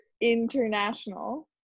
international